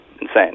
Insane